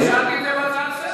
אבל שאלתי את זה בהצעה לסדר-היום.